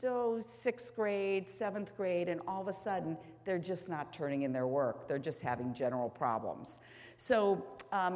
those sixth grade seventh grade and all of a sudden they're just not turning in their work they're just having general problems so